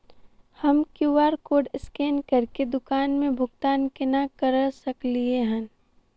हम QR code scan करके दुकान मे भुगतान केना करऽ सकलिये एहन?